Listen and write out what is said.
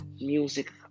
music